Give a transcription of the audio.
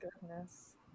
goodness